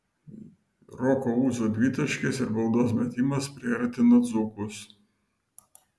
roko ūzo dvitaškis ir baudos metimas priartino dzūkus